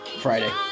Friday